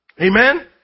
Amen